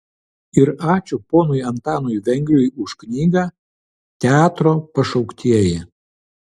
ir ačiū ponui antanui vengriui už knygą teatro pašauktieji